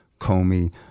Comey